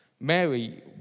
Mary